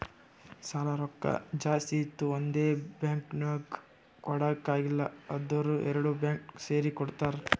ಸಾಲಾ ರೊಕ್ಕಾ ಜಾಸ್ತಿ ಇತ್ತು ಒಂದೇ ಬ್ಯಾಂಕ್ಗ್ ಕೊಡಾಕ್ ಆಗಿಲ್ಲಾ ಅಂದುರ್ ಎರಡು ಬ್ಯಾಂಕ್ ಸೇರಿ ಕೊಡ್ತಾರ